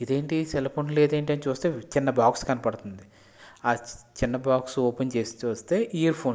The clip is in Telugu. ఇదేంటి సెల్ ఫోన్ లేదేంటి అని చూస్తే చిన్న బాక్స్ కనపడుతుంది ఆ చిన్న బాక్స్ ఓపెన్ చేసి చూస్తే ఇయర్ఫోన్స్